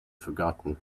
forgotten